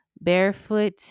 Barefoot